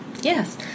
Yes